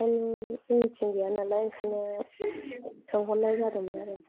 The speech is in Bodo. थारमाने जोंनिथिं गैया नालाय ओंखायनो सोंहरनाय जादोंमोन आरो